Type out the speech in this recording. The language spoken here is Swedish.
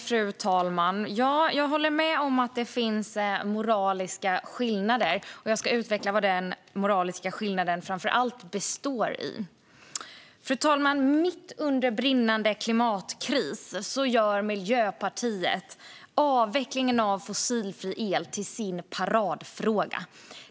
Fru talman! Jag håller med om att det finns moraliska skillnader, och jag ska utveckla vad den främsta moraliska skillnaden består i. Fru talman! Mitt under brinnande klimatkris gör Miljöpartiet avvecklingen av fossilfri el till sin paradfråga.